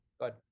Good